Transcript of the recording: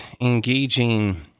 engaging